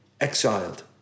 exiled